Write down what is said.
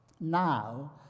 now